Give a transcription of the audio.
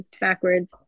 backwards